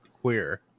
queer